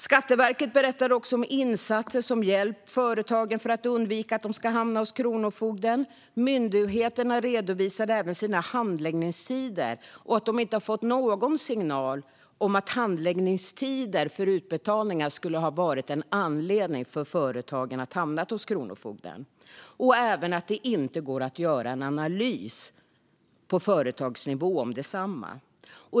Skatteverket berättade om insatser som har hjälpt företagen att undvika att hamna hos kronofogden. Myndigheterna redovisade även sina handläggningstider och att de inte har fått någon signal om att handläggningstider för utbetalningar skulle ha varit en anledning till att företag har hamnat hos kronofogden. Man sa även att det inte går att göra en analys på företagsnivå om detsamma.